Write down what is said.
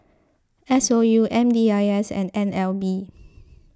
S O U M D I S and N L B